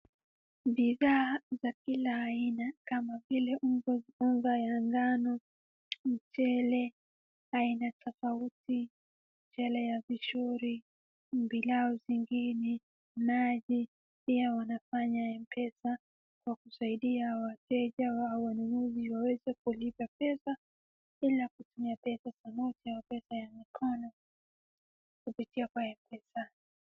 Bidhaa za kila aina kama vile unga, unga ya ngano, mchele aina tofauti, mchele ya Pishori, pilau zingine, maji. Pia wanafanya M-pesa kwa kusaidia wateja wao wanunuzi waweze kulipa pesa bila kutumia pesa ya noti au pesa ya mikono kupitia kwa M-pesa.